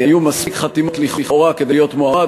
היו מספיק חתימות לכאורה כדי להיות מועמד,